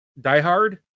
diehard